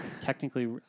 Technically